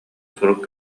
сурук